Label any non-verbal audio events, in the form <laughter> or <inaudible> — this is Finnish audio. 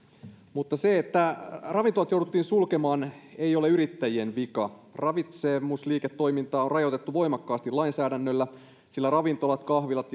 se että ravintolat jouduttiin sulkemaan ei ole yrittäjien vika ravitsemusliiketoimintaa on rajoitettu voimakkaasti lainsäädännöllä sillä ravintolat kahvilat <unintelligible>